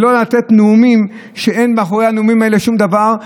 ולא לתת נאומים שאין מאחורי הנאומים האלה שום דבר,